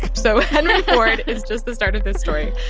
so henry ford is just the start of this story.